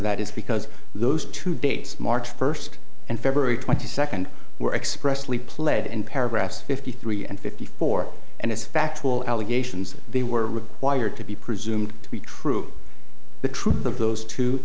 that is because those two dates march first and february twenty second were expressly played in paragraphs fifty three and fifty four and as factual allegations they were required to be presumed to be true the truth of those two